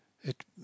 It